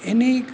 એની